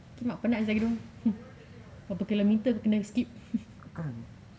pukimak penat !duh! berapa kilometre aku kena skip